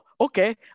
okay